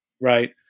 right